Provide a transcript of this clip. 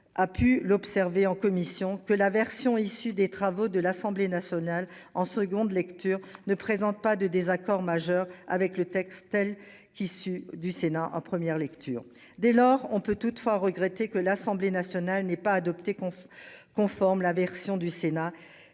a pu l'observer en commission que la version issue des travaux de l'Assemblée nationale en seconde lecture ne présente pas de désaccord majeur avec le texte tel qu'issu du Sénat en première lecture, dès lors, on peut toutefois regretter que l'Assemblée nationale n'est pas adopté qu'on se conforme la version du Sénat,